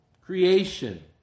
Creation